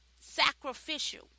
sacrificial